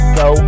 go